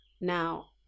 now